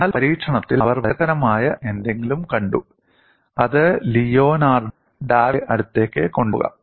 എന്നാൽ പരീക്ഷണത്തിൽ അവർ വളരെ രസകരമായ എന്തെങ്കിലും കണ്ടു അത് ലിയോനാർഡോ ഡാവിഞ്ചിയുടെ അടുത്തേക്ക് കൊണ്ടുപോകാം